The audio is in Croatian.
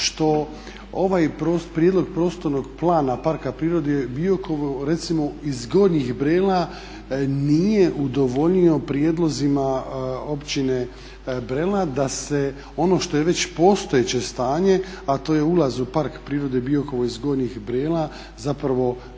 što ovaj Prijedlog prostornog plana Parka prirode Biokovo recimo iz Gornjih Brela nije udovoljio prijedlozima općine Brela da se ono što je već postojeće stanje, a to je ulaz u Park prirode Biokovo iz Gornjih Brela zapravo